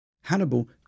Hannibal